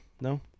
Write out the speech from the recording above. No